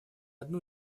одну